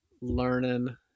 learning